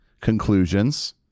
conclusions